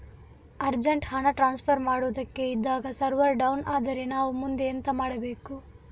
Urgent ಹಣ transfer ಮಾಡೋದಕ್ಕೆ ಇದ್ದಾಗ ಸರ್ವರ್ ಡೌನ್ ಆದರೆ ನಾವು ಮುಂದೆ ಎಂತ ಮಾಡಬೇಕು?